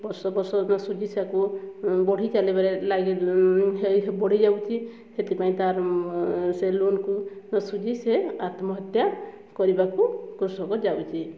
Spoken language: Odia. ବର୍ଷ ବର୍ଷ ସୁଝି ସାକୁ ବଢ଼ି ଚାଲିବାରେ ଲାଗି ହେଇ ବୁଡ଼ିଯାଉଛି ସେଥିପାଇଁ ତାର ସେ ଲୋନ୍କୁ ନ ସୁଝି ସେ ଆତ୍ମହତ୍ୟା କରିବାକୁ କୃଷକ ଯାଉଛି